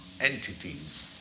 entities